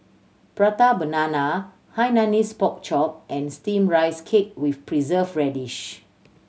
Prata Banana Hainanese Pork Chop and Steamed Rice Cake with preserve radish